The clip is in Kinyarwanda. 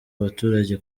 abaturage